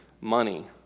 money